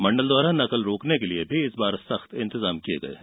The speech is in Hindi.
मंडल द्वारा नकल रोकने के लिए भी इस बार सख्त इंतजाम किये गये हैं